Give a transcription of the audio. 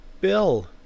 Bill